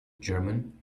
german